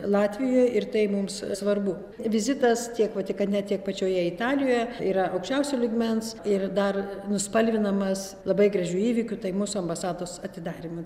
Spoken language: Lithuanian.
latvijoj ir tai mums svarbu vizitas tiek vatikane tiek pačioje italijoje yra aukščiausio lygmens ir dar nuspalvinamas labai gražių įvykių tai mūsų ambasados atidarymas